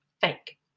Fake